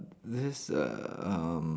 this uh um